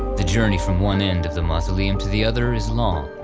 the journey from one end of the mausoleum to the other is long,